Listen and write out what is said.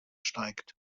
steigt